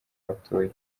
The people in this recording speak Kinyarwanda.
batuye